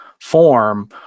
form